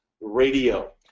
Radio